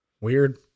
Weird